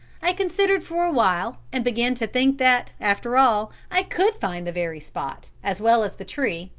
i considered for a while, and began to think that, after all, i could find the very spot, as well as the tree,